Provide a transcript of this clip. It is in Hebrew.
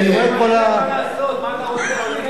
אני הולך לדעת מה הוא מתכנן.